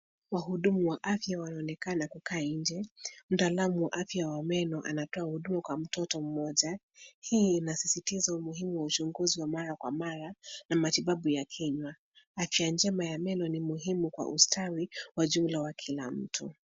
Wahudumu wa afya wanaonekana kukaa nje mtaalamu wa afya wa meno anatoa huduma kwa mtoto mmoja hii inasisitiza umuhimu wa uchunguzi wa mara kwa mara na matibabu ya kinywa. Afya njema ya meno ni muhimu kwa ustawi wa jumla wa kila mtu.